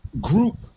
group